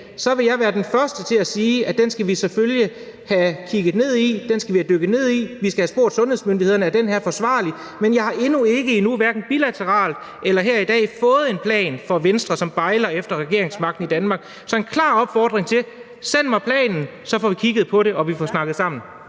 vil jeg være den første til at sige, at den skal vi selvfølgelig have kigget ned i, den skal vi dykke ned i, vi skal have spurgt sundhedsmyndighederne, om den er forsvarlig. Men jeg har endnu ikke fået – hverken bilateralt eller her i dag – en plan fra Venstre, som bejler til regeringsmagten i Danmark. Så en klar opfordring til ordføreren: Send mig planen! Så får vi kigget på den og snakket sammen.